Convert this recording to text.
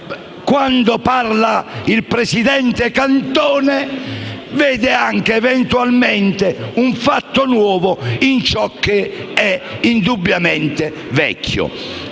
quando parla il presidente Cantone, vedono, eventualmente, un fatto nuovo in ciò che è indubbiamente vecchio.